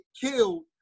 killed